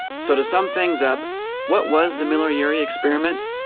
so to sum things up what was the miller-urey experiment?